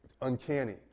uncanny